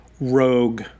rogue